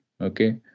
Okay